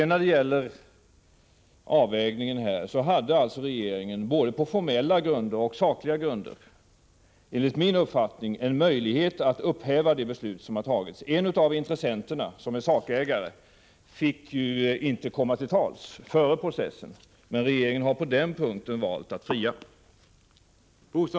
När det gäller avvägningen hade regeringen på både formella och sakliga grunder enligt min uppfattning en möjlighet att upphäva det beslut som har tagits. En av intressenterna, som är sakägare, fick ju inte komma till tals före processen. Men på den punkten har regeringen valt att fria.